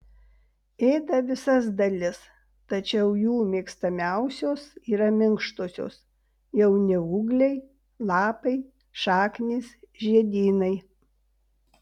ėda visas dalis tačiau jų mėgstamiausios yra minkštosios jauni ūgliai lapai šaknys žiedynai